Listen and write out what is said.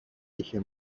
είχε